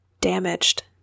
damaged